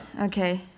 Okay